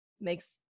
makes